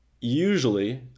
usually